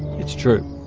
it's true